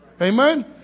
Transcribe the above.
Amen